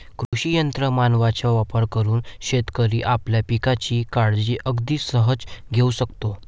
कृषी यंत्र मानवांचा वापर करून शेतकरी आपल्या पिकांची काळजी अगदी सहज घेऊ शकतो